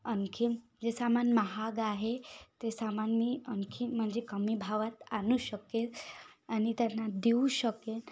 आणखीन जे सामान महाग आहे ते सामान मी आणखीन म्हणजे कमी भावात आणू शकेन आणि त्यांना देऊ शकेन